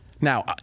Now